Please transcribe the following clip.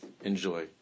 enjoy